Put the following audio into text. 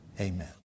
amen